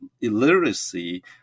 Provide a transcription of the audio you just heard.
illiteracy